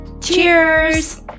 Cheers